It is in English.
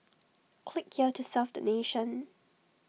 click here to serve the nation